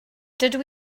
dydw